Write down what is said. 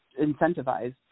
incentivized